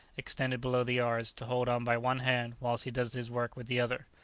extended below the yards, to hold on by one hand whilst he does his work with the other.